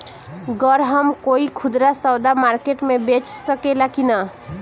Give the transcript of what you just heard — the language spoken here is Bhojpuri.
गर हम कोई खुदरा सवदा मारकेट मे बेच सखेला कि न?